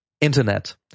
internet